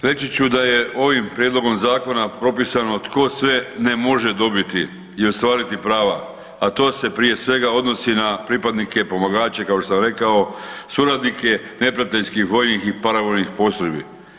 Prije svega reći ću da je ovim prijedlogom zakona propisano tko sve ne može dobiti i ostvariti prava, a to se prije svega odnosi na pripadnike, pomagače kao što sam rekao suradnike neprijateljskih vojnih i paravojnih postrojbi.